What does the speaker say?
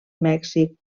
mèxic